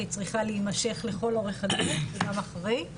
והיא צריכה להימשך לכל אורך הדרך וגם אחרי.